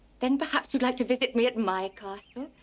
then perhaps you'd like to visit me at my castle.